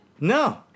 No